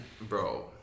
bro